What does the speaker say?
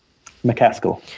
macaskill.